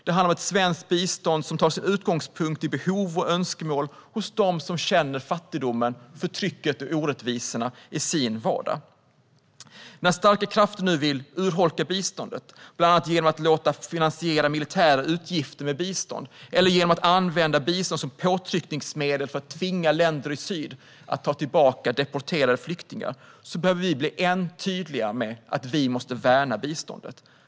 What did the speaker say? Det handlar om ett svenskt bistånd som tar sin utgångspunkt i behov och önskemål hos dem som känner fattigdomen, förtrycket och orättvisorna i sin vardag. När starka krafter nu vill urholka biståndet, bland annat genom att låta biståndet finansiera militära utgifter eller genom att använda bistånd som påtryckningsmedel för att tvinga länder i syd att ta tillbaka deporterade flyktingar, behöver vi bli än tydligare med att vi måste värna biståndet.